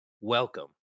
welcome